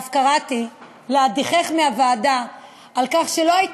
ואף קראתי להדיחך מהוועדה על כך שלא היית